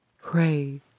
pray